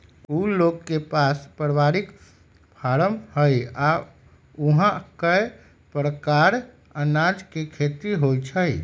उ लोग के पास परिवारिक फारम हई आ ऊहा कए परकार अनाज के खेती होई छई